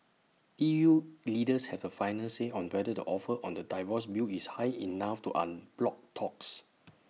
E U leaders have the final say on whether the offer on the divorce bill is high enough to unblock talks